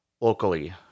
locally